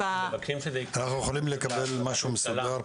אנחנו יכולים לקבל משהו מסודר?